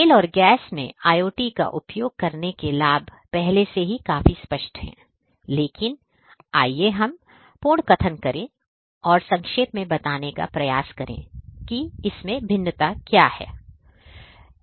तेल और गैस उद्योगों में IoT का उपयोग करने के लाभ पहले से ही काफी स्पष्ट हैं लेकिन आइए हम पूर्णकथन करें और संक्षेप में बताने का प्रयास करें कि विभिन्न क्या है